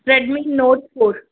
Redmi note four